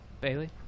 Bailey